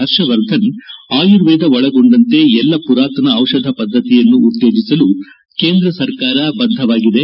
ಹರ್ಷವರ್ಧನ್ ಆಯುರ್ವೇದ ಒಳಗೊಂಡಂತೆ ಎಲ್ಲ ಪುರಾತನ ಔಷಧ ಪದ್ದತಿಯನ್ನು ಉತ್ತೇಜಿಸಲು ಕೇಂದ್ರ ಸರ್ಕಾರ ಬದ್ದವಾಗಿದೆ